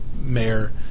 mayor